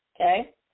Okay